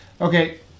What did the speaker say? Okay